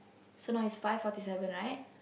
so now is five forty seven right